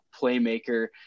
playmaker